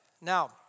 Now